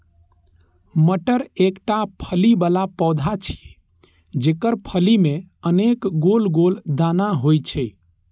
मटर एकटा फली बला पौधा छियै, जेकर फली मे अनेक गोल गोल दाना होइ छै